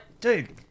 dude